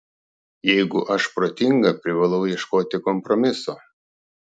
jeigu aš protinga privalau ieškoti kompromiso